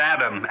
Adam